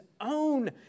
own